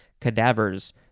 cadavers